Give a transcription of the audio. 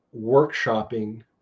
workshopping